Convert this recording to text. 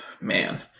Man